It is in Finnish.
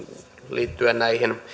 liittyen